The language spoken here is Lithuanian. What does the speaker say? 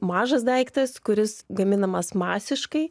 mažas daiktas kuris gaminamas masiškai